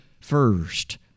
first